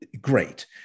great